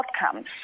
outcomes